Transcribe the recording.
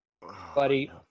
buddy